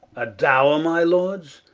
a dowre my lords?